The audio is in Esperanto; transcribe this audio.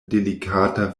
delikata